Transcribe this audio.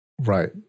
Right